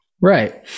Right